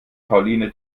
pauline